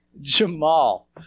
Jamal